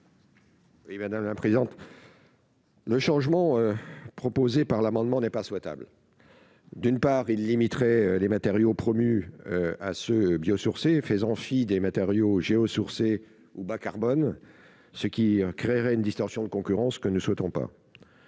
Oui, bien dans la présente. Le changement proposé par l'amendement n'est pas souhaitable d'une part il limiterait les matériaux promu à ce bio-sourcées faisant fi des matériaux Géo sur c'est au bas carbone, ce qui créerait une distorsion de concurrence que nous souhaitons pas